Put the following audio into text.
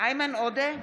איימן עודה,